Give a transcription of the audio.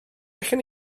allwn